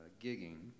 gigging